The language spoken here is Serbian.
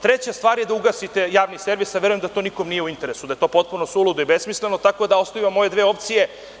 Treća stvar je da ugasite javni servis, a verujem da to nikome nije u interesu i da je potpuno suludo i besmisleno, tako da vam ostaju ove dve opcije.